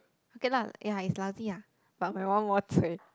okay lah ya is lousy ah but my one more cui